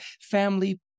family